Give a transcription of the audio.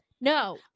No